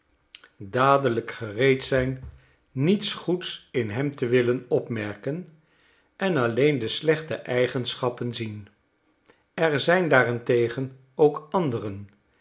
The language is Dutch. dadelijk gereed zijn niets goeds in hem te willen opmerken en alleen de slechte eigenschappen zien er zijn daarentegen ook anderen